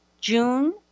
June